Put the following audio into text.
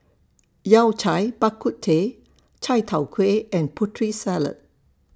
Yao Cai Bak Kut Teh Chai Tow Kway and Putri Salad